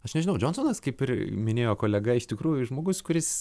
aš nežinau džonsonas kaip ir minėjo kolega iš tikrųjų žmogus kuris